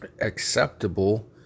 acceptable